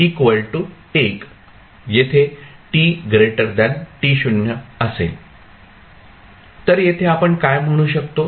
तर येथे आपण काय म्हणू शकतो